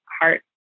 heart